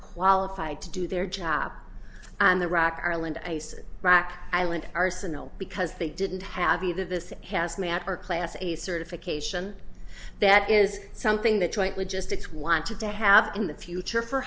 qualified to do their job and the rock arland ace rock island arsenal because they didn't have either this hazmat or class a certification that is something the joint logistics wanted to have in the future for